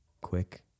quick